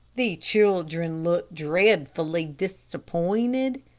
the children looked dreadfully disappointed.